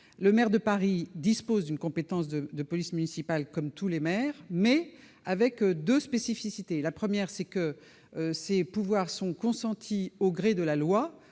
Le maire de Paris dispose d'une compétence de police municipale, comme tous les maires, mais la sienne présente deux spécificités : la première est que ces pouvoirs sont consentis au gré de la loi,